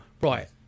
Right